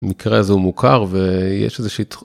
המקרה זה מוכר ויש איזושהי...